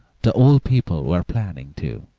the older people were planning, too,